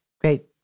great